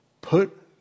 put